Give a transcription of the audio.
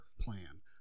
plan